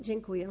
Dziękuję.